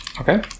Okay